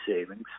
savings